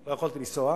לא יכולתי לנסוע.